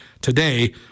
today